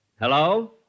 Hello